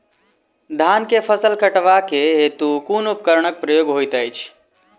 धान केँ फसल कटवा केँ हेतु कुन उपकरणक प्रयोग होइत अछि?